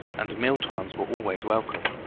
and meal-times were always welcome.